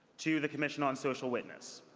to the commission on social witness.